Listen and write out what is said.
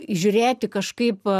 žiūrėti kažkaip